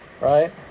right